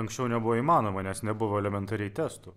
anksčiau nebuvo įmanoma nes nebuvo elementariai testų